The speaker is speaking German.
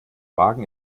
wagen